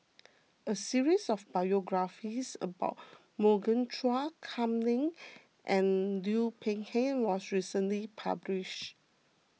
a series of biographies about Morgan Chua Kam Ning and Liu Peihe was recently published